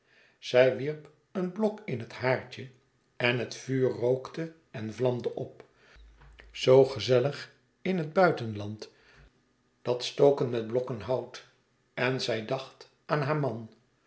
zij wierp een blok in het haardje en het vuur rookte en vlamde op zoo gezellig in het buitenland dat stoken met blokken hout en zij dacht aan haar man